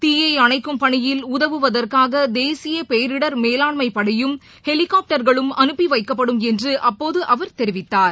தீயைஅணைக்கும் பணியில் உதவுவதற்காகதேசியபேரிடர் மேலாண்மைபடையும் ஹெலிகாப்டர்களும் அனுப்பிவைக்கப்படும் என்றுஅப்போதுஅவர் தெரிவித்தார்